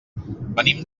venim